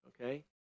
okay